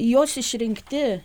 jos išrinkti